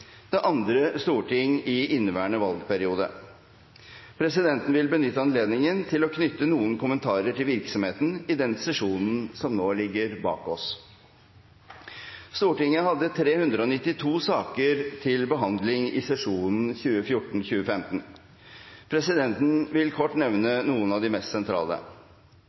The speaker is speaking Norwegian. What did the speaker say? det andre storting i inneværende valgperiode. Presidenten vil benytte anledningen til å knytte noen kommentarer til virksomheten i den sesjonen som nå ligger bak oss. Stortinget hadde 392 saker til behandling i sesjonen 2014–2015. Presidenten vil kort nevne noen av de mest sentrale: